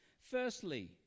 firstly